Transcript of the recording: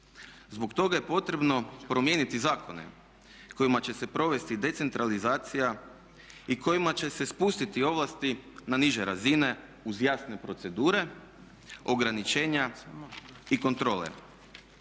Zbog toga je potrebno promijeniti zakone kojima će se provesti decentralizacija i kojima će se spustiti ovlasti na niže razine uz jasne procedure, ograničenja i kontrole.